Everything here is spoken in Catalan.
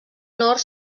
nord